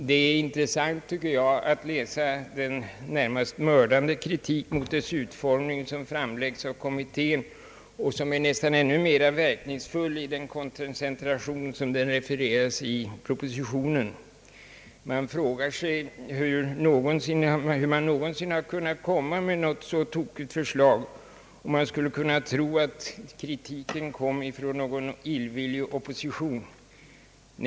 Det är intressant enligt min mening att läsa den närmast mördande kritik mot dess utformning, som framläggs av kommittén och som i nästan ännu mera verkningsfull koncentration refereras i propositionen. Man kan fråga sig hur det någonsin har kunnat framläggas ett så tokigt förslag. Man skulle kunna tro att kritiken kommer från någon illvillig opposition.